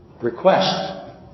request